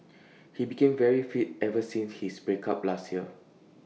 he became very fit ever since his break up last year